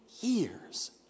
years